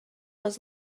was